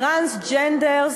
טרנסג'נדרס,